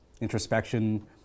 introspection